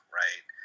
right